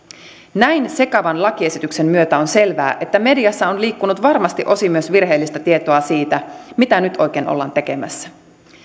näin sekavan lakiesityksen myötä on selvää että mediassa on liikkunut varmasti osin myös virheellistä tietoa siitä mitä nyt oikein ollaan tekemässä